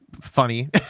funny